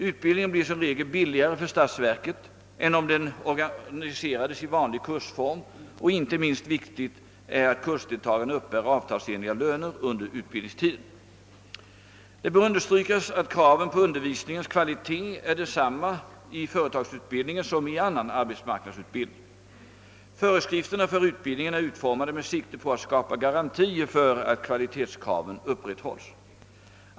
Utbildningen blir som regel billigare för statsverket än om den organiseras i vanlig kursform och inte minst viktigt är att kursdeltagarna uppbär avtalsenliga löner under utbildningstiden. Det bör understrykas att kraven på undervisningens kvalitet är desamma i företagsutbildningen som i annan arbetsmarknadsutbildning. Föreskrifterna för utbildningen är utformade med sikte på att skapa garantier för att kvalitetskraven upprätthålls.